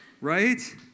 Right